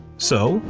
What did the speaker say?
so,